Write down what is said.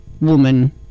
Woman